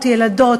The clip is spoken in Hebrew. ילדות,